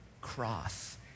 cross